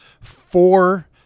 four